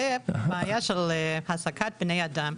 זו הבעיה בהעסקת בני אדם.